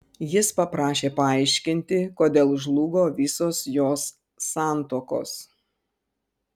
jis paprašė paaiškinti kodėl žlugo visos jos santuokos